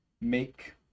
make